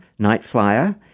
Nightflyer